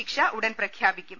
ശിക്ഷ ഉടൻ പ്രഖ്യാപിക്കും